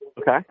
Okay